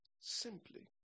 simply